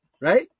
right